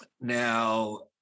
Now